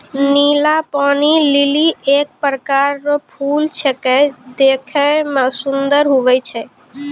नीला पानी लीली एक प्रकार रो फूल छेकै देखै मे सुन्दर हुवै छै